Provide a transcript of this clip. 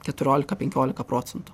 keturiolika penkiolika procentų